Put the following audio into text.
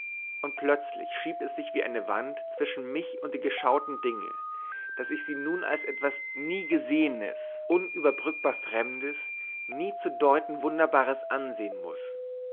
und plötzlich schiebt es sich wie eine wand zwischen mich und die geschauten dinge daß ich sie nun als etwas nie gesehenes unüberbrückbar fremdes nie zu deuten wunderbares ansehen muß